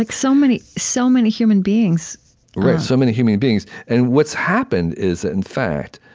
like so many, so many human beings right, so many human beings, and what's happened is, in fact,